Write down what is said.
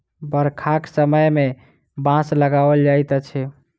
बरखाक समय मे बाँस लगाओल जाइत अछि